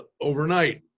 overnight